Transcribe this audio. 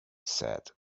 said